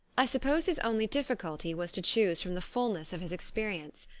i sup pose his only difficulty was to choose from the fulness of his experience.